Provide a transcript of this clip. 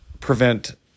prevent